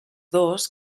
dos